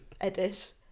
edit